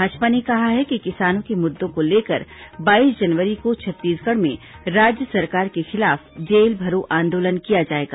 भाजपा ने कहा है कि किसानों के मुद्दों को लेकर बाईस जनवरी को छत्तीसगढ़ में राज्य सरकार के खिलाफ जेल भरो आंदोलन किया जाएगा